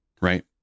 right